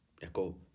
jako